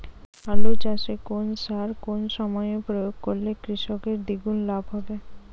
আলু চাষে কোন সার কোন সময়ে প্রয়োগ করলে কৃষকের দ্বিগুণ লাভ হবে?